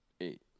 Eight